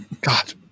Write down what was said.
God